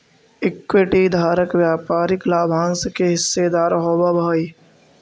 equity धारक व्यापारिक लाभांश के हिस्सेदार होवऽ हइ